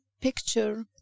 picture